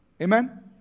Amen